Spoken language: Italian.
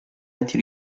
anti